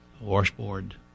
washboard